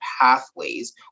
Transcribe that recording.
pathways